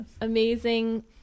amazing